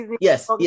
yes